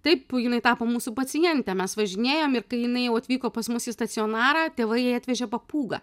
taip jinai tapo mūsų paciente mes važinėjom ir kai jinai jau atvyko pas mus į stacionarą tėvai jai atvežė papūgą